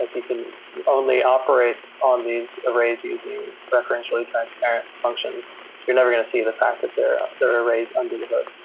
and you can only operate on these arrays using referentially transparent functions. you're never going to see the fact that there are arrays under the hood,